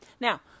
Now